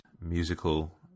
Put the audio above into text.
musical